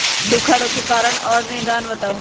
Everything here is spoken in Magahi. सूखा रोग के कारण और निदान बताऊ?